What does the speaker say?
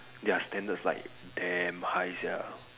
their standards like damn high sia